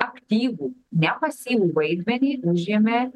aktyvų ne pasyvų vaidmenį užėmė